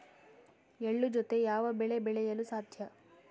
ಎಳ್ಳು ಜೂತೆ ಯಾವ ಬೆಳೆ ಬೆಳೆಯಲು ಸಾಧ್ಯ?